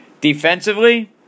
Defensively